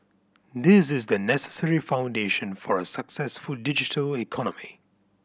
this is the necessary foundation for a successful digital economy